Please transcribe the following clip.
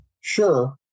Sure